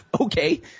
Okay